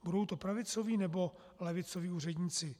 Budou to pravicoví, nebo levicoví úředníci?